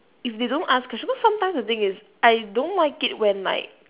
if they don't ask question cause sometimes it's I don't like it when like